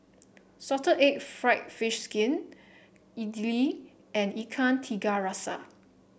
Salted Egg fried fish skin idly and Ikan Tiga Rasa